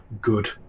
good